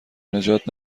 نجات